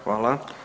Hvala.